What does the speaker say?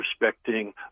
respecting